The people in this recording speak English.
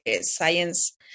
science